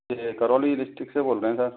ये करौली डिस्ट्रिक्ट से बोल रहें हैं सर